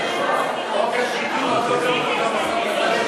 כפי שאמרתי,